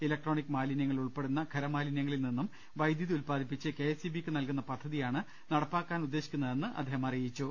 electronic മാലിന്യങ്ങൽ ഉൾപ്പെടുന്ന ഖര മാലിന്യങ്ങളിൽ നിന്നും വൈദ്യുതി ഉത്പാദിപ്പിച്ച് കെ എസ് ഇ ബിയ്ക്ക് നൽകുന്ന പദ്ധതിയാണ് നടപ്പാക്കാൻ ഉദ്ദേശിക്കുന്നതെന്ന് അദ്ദേഹം പറഞ്ഞു